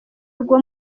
rwo